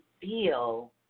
feel